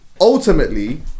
ultimately